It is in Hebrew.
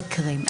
זה המקרים.